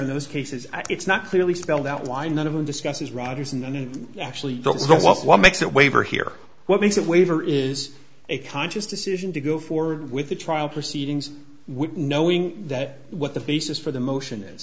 in those cases it's not clearly spelled out why none of them discusses rogerson and actually that's what makes that waiver here what makes it waiver is a conscious decision to go forward with the trial proceedings knowing that what the basis for the motion